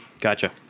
Gotcha